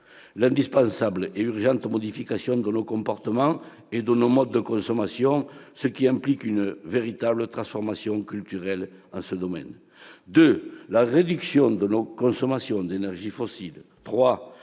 l'indispensable et urgente modification de nos comportements et de nos modes de consommation, ce qui implique une véritable transformation culturelle en ce domaine. Deuxièmement, la réduction de nos consommations d'énergies fossiles.